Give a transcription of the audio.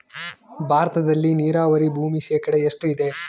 ಭಾರತದಲ್ಲಿ ನೇರಾವರಿ ಭೂಮಿ ಶೇಕಡ ಎಷ್ಟು ಇದೆ?